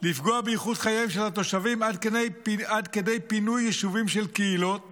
לפגוע באיכות חייהם של התושבים עד כדי פינוי יישובים של קהילות